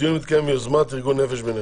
הדיון מתקיים ביוזמת ארגון 'נפש בנפש'.